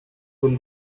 will